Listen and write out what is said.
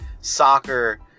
soccer